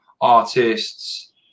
artists